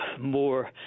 more